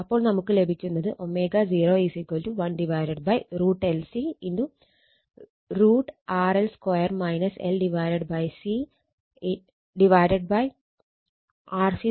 അപ്പോൾ നമുക്ക് ലഭിക്കുന്നത് ω0 1√LC √ RL 2 L C RC 2 L C